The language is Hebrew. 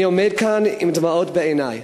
אני עומד כאן עם דמעות בעיני,